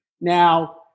Now